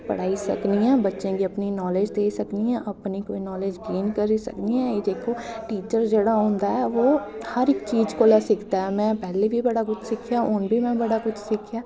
पढ़ाई सकनी आं बच्चें गी अपनी नालेज देई सकनी आं अपनी कोई नालेज गेन करी सकनी आं एह् इक टीचर जेह्ड़ा होंदा ऐ ओह् हर इक चीज कोला सिखदा ऐ में पैह्लें बी बड़ा कुछ सिक्खेआ हून बी में बड़ा कुछ सिक्खेआ